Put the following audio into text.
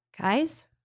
guys